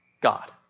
God